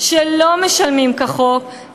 שלא משלמים כחוק,